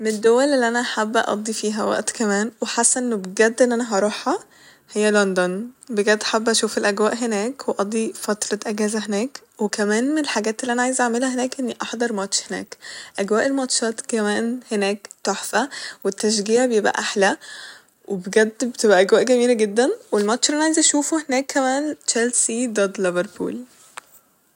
م الدول اللي انا حابه اقضي فيها وقت كمان وحاسه انه بجد ان انا هروحها هي لندن بجد حابه اشوف الاجواء هناك واقضي فترة اجازة هناك وكمان م الحاجات اللي انا عايزها اعملها هناك اني احضر ماتش هناك اجواء الماتشات كمان هناك تحفة والتشجيع بيبقى احلى وبجد بتبقى اجواء جميلة جدا والماتش الل انا عايزه اشوفه هناك كمان تشيلسي ضد ليفربول